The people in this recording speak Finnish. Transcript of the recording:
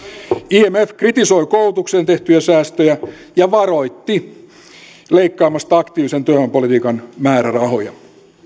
imf kritisoi koulutukseen tehtyjä säästöjä ja varoitti leikkaamasta aktiivisen työvoimapolitiikan määrärahoja